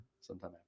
sometime